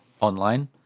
online